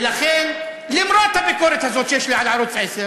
ולכן, למרות הביקורת הזאת שיש לי על ערוץ 10,